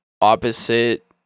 opposite